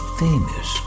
famous